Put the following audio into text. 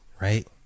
right